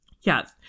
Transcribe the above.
yes